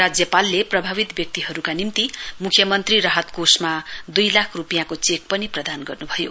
राज्यपालले प्रभावित व्यक्तिहरूका निम्ति मुख्यमन्त्री राहत कोषमा दुई लाख रुपियाँको चेक पनि प्रदान गर्नुभयो